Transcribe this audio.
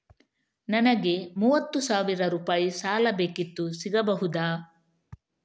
ನನಗೆ ಮೂವತ್ತು ಸಾವಿರ ರೂಪಾಯಿ ಸಾಲ ಬೇಕಿತ್ತು ಸಿಗಬಹುದಾ?